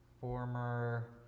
Former